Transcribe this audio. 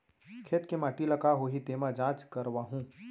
खेत के माटी ल का होही तेमा जाँच करवाहूँ?